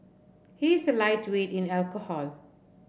he is a lightweight in alcohol